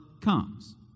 comes